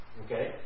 okay